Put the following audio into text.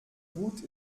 gut